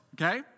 okay